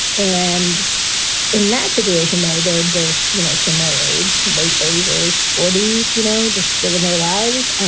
and in that situation, though, they're both, you know, similar age, late thirty s, early forty s, you know, just living their lives.